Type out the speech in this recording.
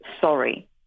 sorry